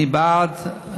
אני בעד.